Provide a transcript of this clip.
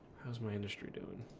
how's my industry doing